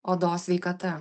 odos sveikata